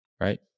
right